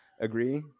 agree